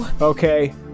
Okay